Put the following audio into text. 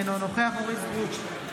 אינו נוכח אורית מלכה סטרוק,